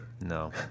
No